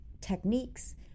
techniques